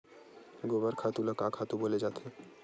गोबर खातु ल का खातु बोले जाथे?